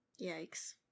Yikes